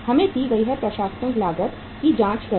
हमें दी गई प्रशासनिक लागत की जाँच करें